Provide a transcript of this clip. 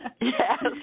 Yes